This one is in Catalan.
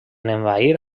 envair